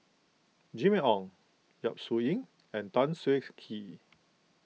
Jimmy Ong Yap Su Yin and Tan Siah Kwee